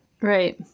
Right